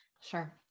Sure